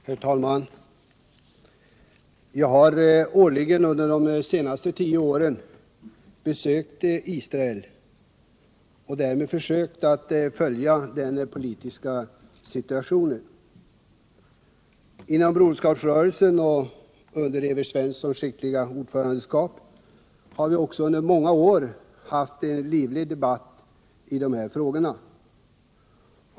Herr talman! Jag har årligen under de senaste tio åren besökt Israel och där försökt följa den politiska situationen. Inom Broderskapsrörelsen under Evert Svenssons skickliga ordförandeskap har vi också under många år haft en livlig debatt i dessa frågor.